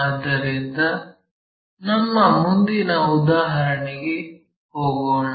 ಆದ್ದರಿಂದ ನಮ್ಮ ಮುಂದಿನ ಉದಾಹರಣೆಗೆ ಹೋಗೋಣ